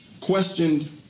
questioned